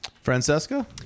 Francesca